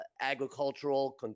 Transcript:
agricultural